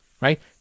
right